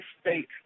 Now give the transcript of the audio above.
state